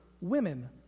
women